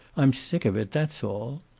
i'm sick of it. that's all.